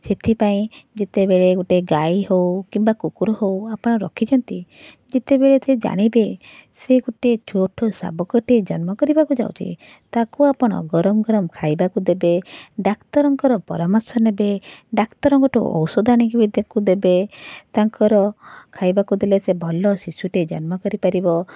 ସେଥିପାଇଁ ଯେତେବେଳେ ଗୋଟେ ଗାଈ ହଉ କିମ୍ବା କୁକୁର ହଉ ଆପଣ ରଖିଛନ୍ତି ଯେତେବେଳେ ସେ ଜାଣିବେ ସେ ଗୋଟେ ଛୋଟ ଶାବକଟେ ଜନ୍ମ କରିବାକୁ ଯାଉଛି ତାକୁ ଆପଣ ଗରମ ଗରମ ଖାଇବାକୁ ଦେବେ ଡାକ୍ତରଙ୍କର ପରାମର୍ଶ ନେବେ ଡାକ୍ତରଙ୍କ ଠୁ ଔଷଧ ଆଣିକି ବି ତାକୁ ଦେବେ ତାଙ୍କର ଖାଇବାକୁ ଦେଲେ ସେ ଭଲ ଶିଶୁଟେ ଜନ୍ମ କରିପାରିବ